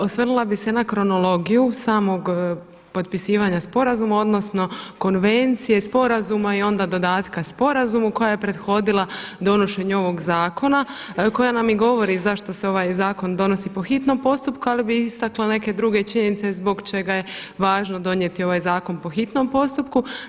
Osvrnula bi se na kronologiju samog potpisivanja sporazuma odnosno konvencije sporazuma i onda dodatka sporazumu koja je prethodila donošenju ovog zakona koja nam i govori zašto se ovaj zakon donosi po hitnom postupku ali istakla neke druge činjenice zbog čega je važno donijeti ovaj zakon po hitnom postupku.